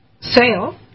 sale